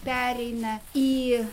pereina į